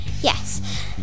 Yes